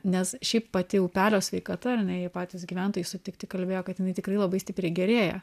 nes šiaip pati upelio sveikata ar ne jei patys gyventojai sutikti kalbėjo kad jinai tikrai labai stipriai gerėja